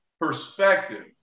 perspective